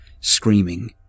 screaming